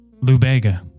Lubega